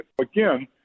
Again